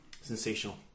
Sensational